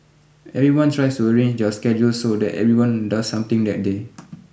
everyone tries to arrange their schedules so that everyone does something that day